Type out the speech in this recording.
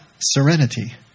serenity